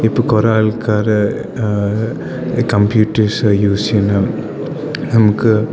ഇപ്പം കുറേ ആൾക്കാർ ഈ കമ്പ്യൂട്ടേഴ്സ് യൂസ് ചെയ്യുന്ന നമുക്ക്